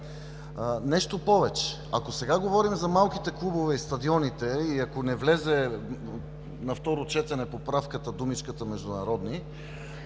Нещо повече, ако сега говорим за малките клубове и стадионите и ако не влезе на второ четене поправката думичката „международни“,